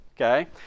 okay